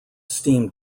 steam